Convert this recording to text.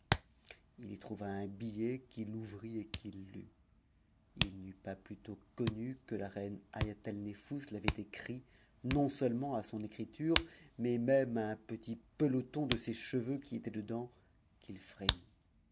il y trouva un billet qu'it ouvrit et qu'il lui ft n'eut pas plutôt connu que la reine haîataincfbus l'avait écrit nonseulement à son écriture mais même à un petit peloton de ses cheveux qui était dedans qu'il frémit